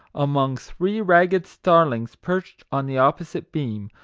among three ragged starlings perched on the opposite beam,